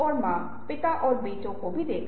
उस मामले के लिए एक फ्रेम क्या है